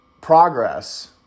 Progress